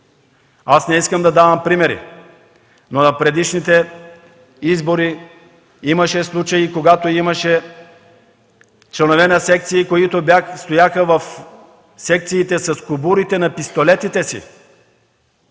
Аз не искам да давам примери, но на предишните избори имаше случаи, когато членове на секциите стояха в секциите с кобурите на пистолетите си.